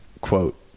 quote